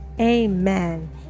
Amen